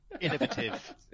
Innovative